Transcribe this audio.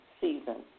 season